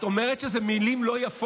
רק לך יש, את אומרת שאני אומר מילים לא יפות?